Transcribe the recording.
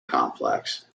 complex